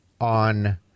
on